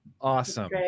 Awesome